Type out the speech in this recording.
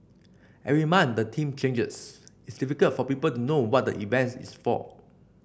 every month the theme changes it's difficult for people to know what the event is for